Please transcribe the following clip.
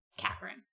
Catherine